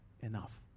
enough